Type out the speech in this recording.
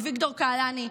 אביגדור קהלני,